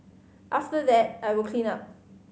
after that I will clean up